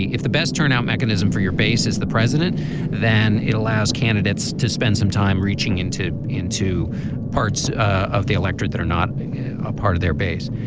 if the best turnout mechanism for your base is the president then it allows candidates to spend some time reaching into into parts of the electorate that are not a part of their base.